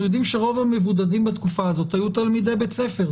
יודעים שרוב המבודדים בתקופה הזאת היו תלמידי בית ספר,